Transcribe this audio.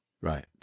Right